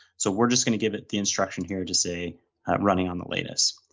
so we're just going to give it the instruction here, just say running on the latest.